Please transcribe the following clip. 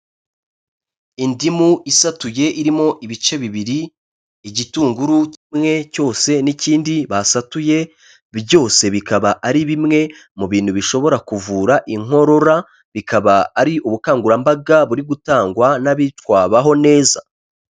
Indimu isatuye irimo ibice bibiri, igitunguru kimwe cyose n'ikindi basatuye, byose bikaba ari bimwe mu bintu bishobora kuvura inkorora, bikaba ari ubukangurambaga buri gutangwa n'abitwa Baho neza.